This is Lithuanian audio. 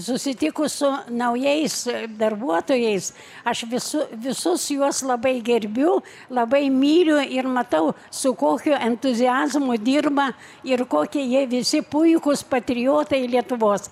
susitikus su naujais darbuotojais aš visu visus juos labai gerbiu labai myliu ir matau su kokiu entuziazmu dirba ir kokie jie visi puikūs patriotai lietuvos